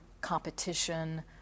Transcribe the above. competition